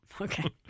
Okay